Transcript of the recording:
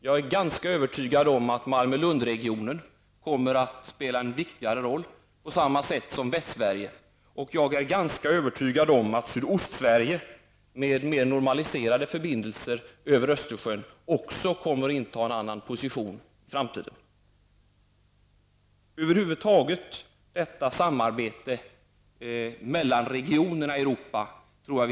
Jag är ganska övertygad om att Malmö-Lundregionen kommer att spela en viktigare roll på samma sätt som Västsverige, och jag är också ganska övertygad om att även Sydostsverige, med mer normaliserade förbindelser över Östersjön, i framtiden kommer att inta en annan position. Över huvud taget tror jag att vi får se betydligt mer av detta samarbete mellan regionerna i Europa.